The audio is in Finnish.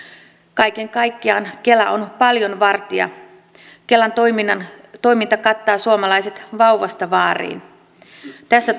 kaiken kaikkiaan kela on paljon vartija kelan toiminta kattaa suomalaiset vauvasta vaariin tässä